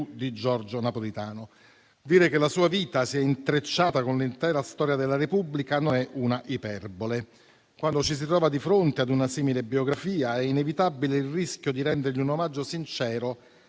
di Giorgio Napolitano. Dire che la sua vita si è intrecciata con l'intera storia della Repubblica non è una iperbole. Quando ci si trova di fronte a una simile biografia è inevitabile il rischio di rendergli un omaggio sincero,